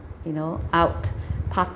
you know out partying